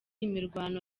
imirwano